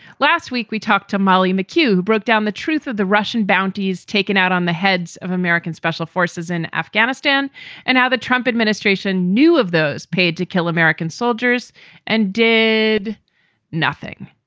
last week we talked to molly mchugh, who broke down the truth of the russian bounty's taken out on the heads of american special forces in afghanistan and how the trump administration knew of those paid to kill american soldiers and did did nothing.